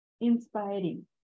inspiring